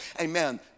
amen